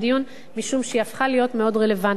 משום שהיא הפכה להיות מאוד רלוונטית.